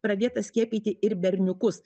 pradėta skiepyti ir berniukus